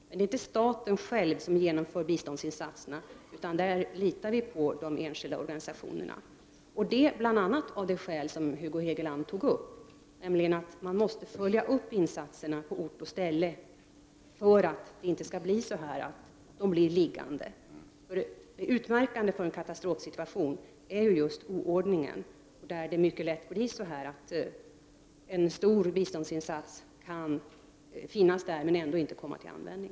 Men det är inte staten som genomför biståndsinsatserna, utan där litar vi på de enskilda organisationerna, och detta bl.a. av det skäl som Hugo Hegeland tog upp, att man måste följa upp insatserna på ort och ställe för att hjälpsändningarna inte skall bli liggande. Det utmärkande för en katastrofsituation är ju just oordning, och det kan lätt bli så att betydande biståndsmedel finns där utan att komma till användning.